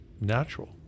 natural